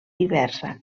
diversa